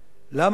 למה הם